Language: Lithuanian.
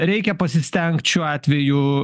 reikia pasistengt šiuo atveju